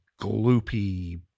gloopy